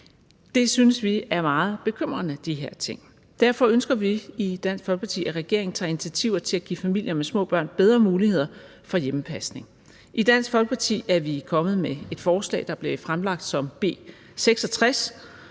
ting synes vi er meget bekymrende. Derfor ønsker vi i Dansk Folkeparti, at regeringen tager initiativer til at give familier med små børn bedre muligheder for hjemmepasning. I Dansk Folkeparti er vi kommet med et forslag, som blev fremsat som B 66,